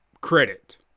credit